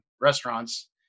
restaurants